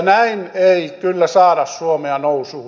näin ei kyllä saada suomea nousuun